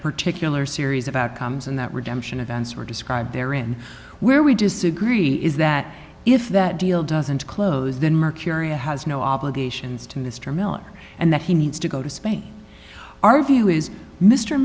particular series of outcomes and that redemption events were described there in where we disagree is that if that deal doesn't close then mercurial has no obligations to mr miller and that he needs to go to spain our view is mr